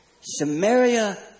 Samaria